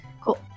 cool